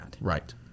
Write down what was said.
Right